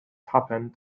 happened